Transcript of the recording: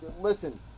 Listen